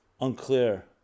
unclear